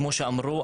כמו שאמרו,